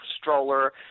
stroller